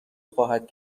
خواهد